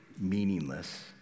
meaningless